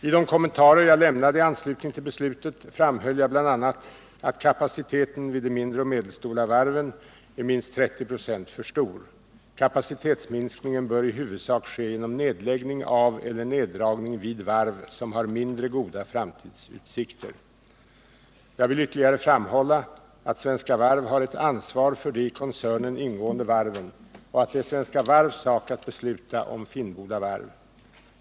I de kommentarer jag lämnade i anslutning till beslutet framhöll jag bl.a. att kapaciteten vid de mindre och medelstora varven är minst 30 96 för stor. Kapacitetsminskningen bör huvudsakligen ske genom nedläggning av eller neddragning vid varv som har mindre goda framtidsutsikter. Jag vill ytterligare framhålla att Svenska Varv har ett ansvar för de i koncernen ingående varven, och det är Svenska Varvs sak att besluta om Finnboda varv.